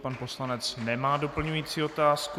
Pan poslanec nemá doplňující otázku.